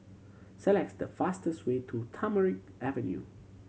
select the fastest way to Tamarind Avenue